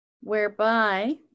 whereby